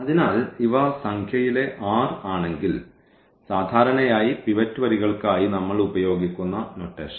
അതിനാൽ ഇവ സംഖ്യയിലെ r ആണെങ്കിൽ സാധാരണയായി പിവറ്റ് വരികൾക്കായി നമ്മൾ ഉപയോഗിക്കുന്ന നൊട്ടേഷൻ